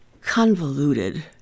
convoluted